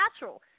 natural